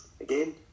again